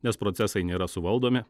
nes procesai nėra suvaldomi